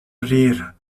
rire